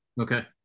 Okay